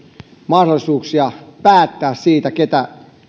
mahdollisuuksia päättää siitä keitä